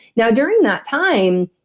now, during that time,